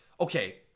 okay